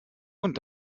und